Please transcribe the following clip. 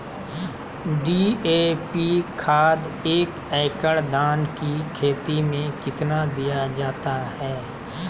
DAP खाद एक एकड़ धान की खेती में कितना दीया जाता है?